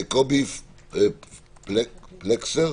קובי פלקסר,